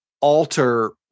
alter